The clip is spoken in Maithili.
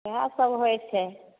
इएहा सब होइ छै